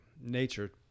nature